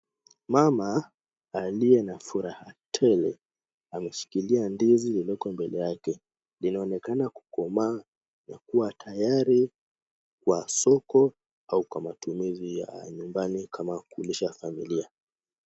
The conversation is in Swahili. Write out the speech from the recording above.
Mama aliye na furaha tele ameshikilia ndizi liloko mbele yake. Linaonekana kukomaa na kuwa tayari kwa soko au kwa matumizi ya nyumbani kama kulisha familia.